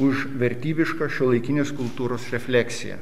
už vertybišką šiuolaikinės kultūros refleksiją